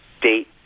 date